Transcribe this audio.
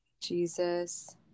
Jesus